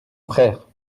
frère